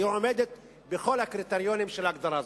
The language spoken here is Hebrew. והיא עומדת בכל הקריטריונים של הגדרה זו.